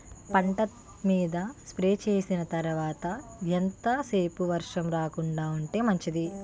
పంట మీద స్ప్రే చేసిన తర్వాత ఎంత సేపు వర్షం రాకుండ ఉంటే మంచిది?